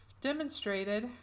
demonstrated